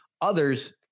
Others